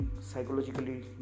psychologically